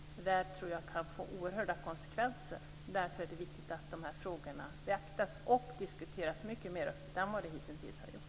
Det tror jag kan få oerhörda konsekvenser. Därför är det viktigt att dessa frågor beaktas och diskuteras mycket mer öppet än vad som hittills har skett.